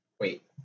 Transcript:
Wait